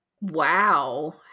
Wow